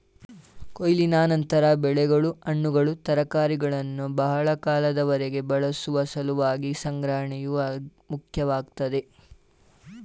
ಕೊಯ್ಲಿನ ನಂತರ ಬೆಳೆಗಳು ಹಣ್ಣುಗಳು ತರಕಾರಿಗಳನ್ನು ಬಹಳ ಕಾಲದವರೆಗೆ ಬಳಸುವ ಸಲುವಾಗಿ ಸಂಗ್ರಹಣೆಯು ಮುಖ್ಯವಾಗ್ತದೆ